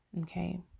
okay